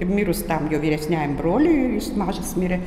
mirus tam jo vyresniajam broliui ir jis mažas mirė